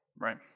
right